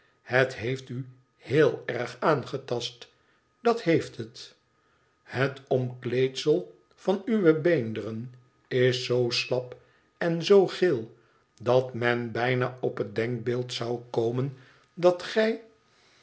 thet heeft u heel erg aangetast dat heeft heti het omkleedsel van uwe beenderen is zoo dap en zoo geel dat men bijna op het denkbeeld zou komen dat gij